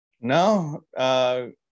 No